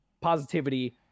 positivity